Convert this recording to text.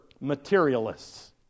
materialists